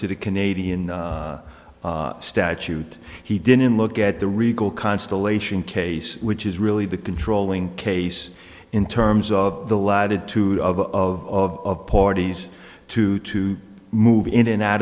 to the canadian statute he didn't look at the regal constellation case which is really the controlling case in terms of the latitude of parties to to move in and out